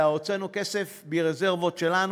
אלא הוצאנו כסף מרזרבות שלנו,